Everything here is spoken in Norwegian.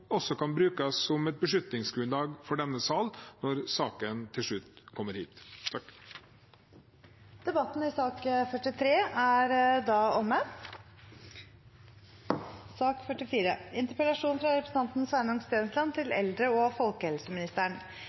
også kan brukes som et beslutningsgrunnlag for denne sal når saken til slutt kommer hit. Debatten i sak nr. 43 er omme. De siste ukene har vi hatt en debatt i media om vold i helsetjenesten, og da